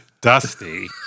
Dusty